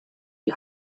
die